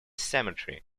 cemetery